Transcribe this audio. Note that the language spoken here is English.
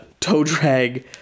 toe-drag